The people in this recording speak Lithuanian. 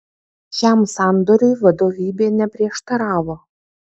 šiam sandoriui vadovybė neprieštaravo